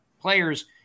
players